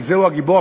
איזהו הגיבור?